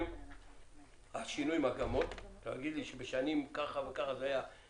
על שינוי מגמות תגיד לי שבעבר טווח